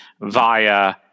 via